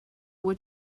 were